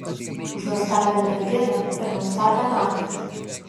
už nuostabią merginą ir nuostabią naktį